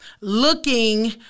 looking